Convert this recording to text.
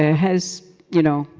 ah has, you know,